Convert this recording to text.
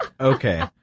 Okay